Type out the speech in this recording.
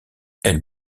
elle